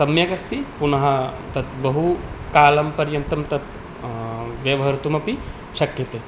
सम्यगस्ति पुनः तत् बहुकालपर्यन्तं तत् व्यवहर्तुमपि शक्यते